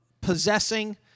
possessing